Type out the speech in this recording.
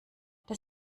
das